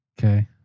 Okay